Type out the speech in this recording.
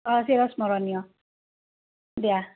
অ চিৰস্মৰণীয় দিয়া